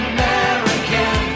American